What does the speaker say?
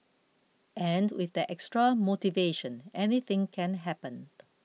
and with that extra motivation anything can happen